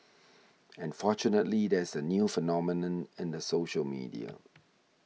and fortunately there is a new phenomenon in the social media